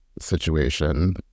situation